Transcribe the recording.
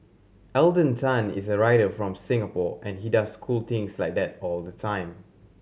Alden Tan is a writer from Singapore and he does cool things like that all the time